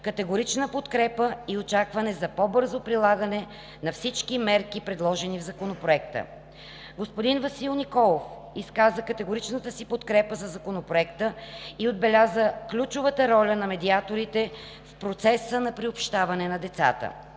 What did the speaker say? категорична подкрепа и очакване за по-бързо прилагане на всички мерки, предложени в Законопроекта. Господин Васил Николов изказа категоричната си подкрепа за Законопроекта и отбеляза ключовата роля на медиаторите в процеса на приобщаване на децата.